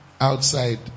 outside